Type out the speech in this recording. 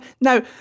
now